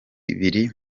biri